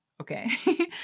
Okay